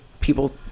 people